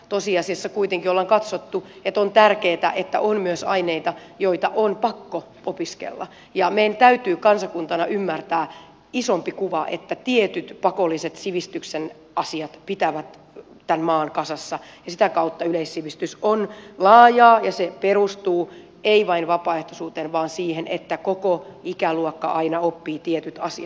tosiasiassa kuitenkin ollaan katsottu että on tärkeätä että on myös aineita joita on pakko opiskella ja meidän täytyy kansakuntana ymmärtää isompi kuva että tietyt pakolliset sivistyksen asiat pitävät tämän maan kasassa ja sitä kautta yleissivistys on laajaa ja se perustuu ei vain vapaaehtoisuuteen vaan siihen että koko ikäluokka aina oppii tietyt asiat